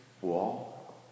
wall